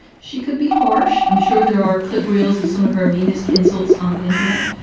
she could be harsh. i'm sure there are clip reels of some of her meanest insults on the internet.